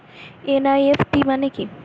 NEFT মনে কি?